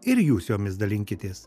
ir jūs jomis dalinkitės